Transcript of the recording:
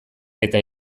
eta